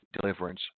deliverance